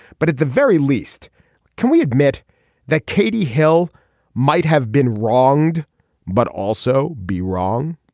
but at the very least can we admit that katie hill might have been wronged but also be wrong